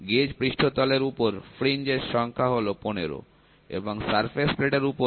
gauge A gauge পৃষ্ঠতলের উপর fringe এর সংখ্যা হল 15 এবং সারফেস প্লেট এর ওপর সেটা হল 5